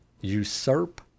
usurp